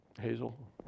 Hazel